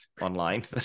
online